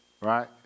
right